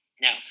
Now